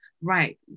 right